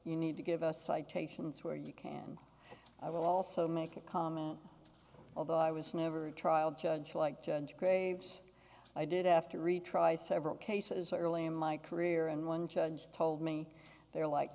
you need to give us citations where you can i will also make a comment although i was never a trial judge like judge graves i did after retry several cases early in my career and one judge told me they were like